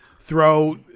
throw